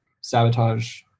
sabotage